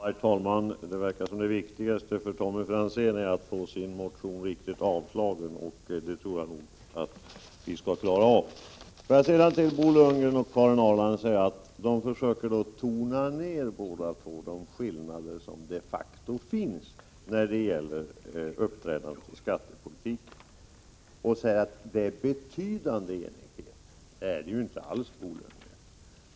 Herr talman! Det verkar som om det viktigaste för Tommy Franzén är att få motionen riktigt avslagen, och jag tror nog att vi skall klara av det. Sedan vill jag till Bo Lundgren och Karin Ahrland säga: Båda två försöker tona ner de skillnader som de facto finns när det gäller uppträdandet inom skattepolitiken. Man säger att det råder en betydande enighet, men det är ju inte alls så, Bo Lundgren!